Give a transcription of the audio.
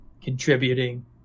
contributing